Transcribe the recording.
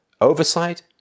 Oversight